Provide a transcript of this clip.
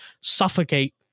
Suffocate